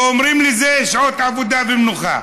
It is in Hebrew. ואומרים לי: זה שעות עבודה ומנוחה.